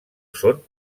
són